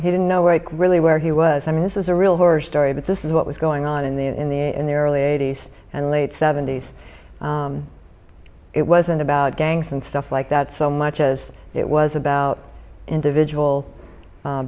he didn't know where i could really where he was i mean this is a real horror story but this is what was going on in the in the in the early eighty's and late seventy's it wasn't about gangs and stuff like that so much as it was about individual